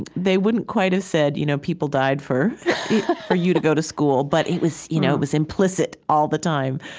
they wouldn't quite have said you know people died for you to go to school, but it was you know it was implicit all the time.